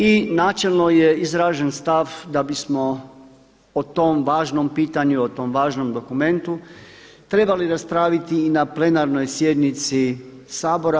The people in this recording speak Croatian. I načelno je izražen stav da bismo o tom važnom pitanju i o tom važnom dokumentu trebali raspraviti i na plenarnoj sjednici Sabora.